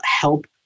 help